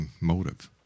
motive